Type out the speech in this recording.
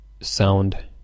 Sound